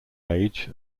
age